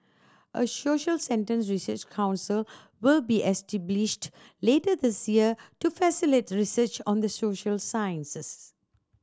a social sentence research council will be later this year to facilitate research on the social sciences